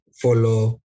follow